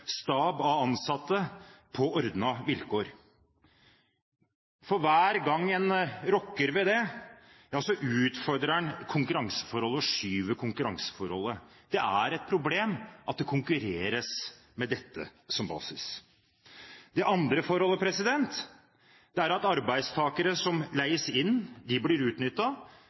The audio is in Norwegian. stab av ansatte på ordnede vilkår. For hver gang en rokker ved det, utfordrer en konkurranseforholdet og skyver konkurranseforholdet. Det er et problem at det konkurreres med dette som basis. Det andre forholdet er at arbeidstakere som leies inn, blir utnyttet, mens arbeidstakere som er ansatt i seriøse bedrifter, selvfølgelig blir